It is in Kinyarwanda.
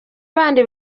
bandi